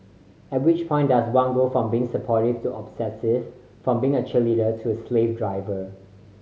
at which point does one go from being supportive to obsessive from being a cheerleader to a slave driver